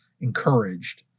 encouraged